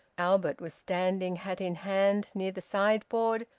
albert was standing, hat in hand, near the sideboard,